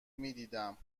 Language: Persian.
میدیدم